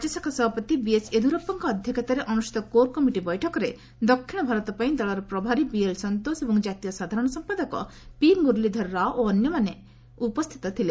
ରାଜ୍ୟଶାଖା ସଭାପତି ବିଏସ୍ ୟେଦୁରାପ୍ପାଙ୍କ ଅଧ୍ୟକ୍ଷତାରେ ଅନୁଷ୍ଠିତ କୋର୍ କମିଟି ବୈଠକରେ ଦକ୍ଷିଣ ଭାରତପାଇଁ ଦଳର ପ୍ରଭାରୀ ବିଏଲ୍ ସନ୍ତୋଷ ଏବଂ ଜାତୀୟ ସାଧାରଣ ସମ୍ପାଦକ ପି ମୁରଲୀଧର ରାଓ ଓ ଅନ୍ୟମାନେ ଉପସ୍ଥିତ ଥିଲେ